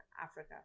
Africa